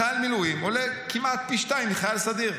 חייל מילואים עולה כמעט פי שניים מחייל סדיר.